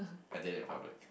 I did in public